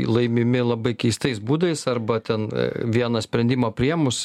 laimimi labai keistais būdais arba ten vieną sprendimą priėmus